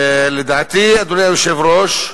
לדעתי, אדוני היושב-ראש,